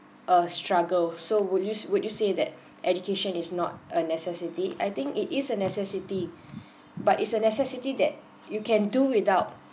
a struggle so would you would you say that education is not a necessity I think it is a necessity but it's a necessity that you can do without